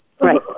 Right